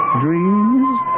dreams